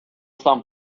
сам